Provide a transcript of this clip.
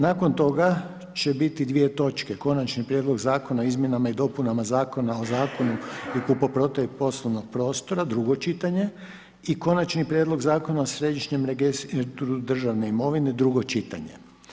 Nakon toga će biti dvije točke, Konačni prijedlog zakona o izmjenama i dopunama Zakona o zakupu i kupoprodaji poslovnog prostora, drugo čitanje i Konačni prijedlog Zakona o Središnjem registru državne imovine, drugo čitanje.